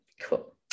Cool